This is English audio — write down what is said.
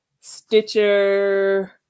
Stitcher